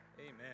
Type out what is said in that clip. Amen